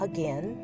Again